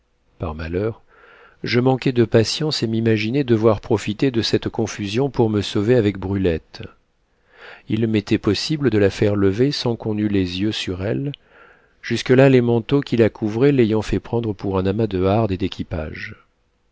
par malheur je manquai de patience et m'imaginai devoir profiter de cette confusion pour me sauver avec brulette il m'était possible de la faire lever sans qu'on eût les yeux sur elle jusque-là les manteaux qui la couvraient l'ayant fait prendre pour un amas de hardes et d'équipages